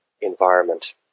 environment